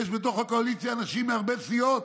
יש בתוך הקואליציה אנשים מהרבה סיעות